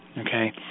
okay